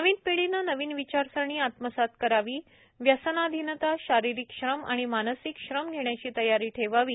नवीन पिढीने नवीन विचारसरणी आत्मसात करावी व्यसनाधिनता शारीरिक श्रम आणि मानसिक श्रम घेण्याची तयारी ठेवावी